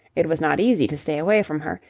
it was not easy to stay away from her,